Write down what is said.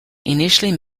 initially